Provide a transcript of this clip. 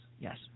Yes